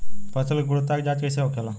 फसल की गुणवत्ता की जांच कैसे होखेला?